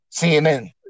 CNN